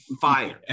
fire